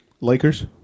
Lakers